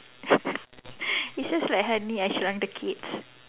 it's just like honey I shrunk the kids